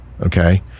okay